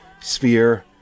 sphere